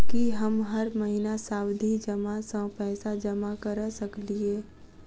की हम हर महीना सावधि जमा सँ पैसा जमा करऽ सकलिये?